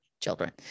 children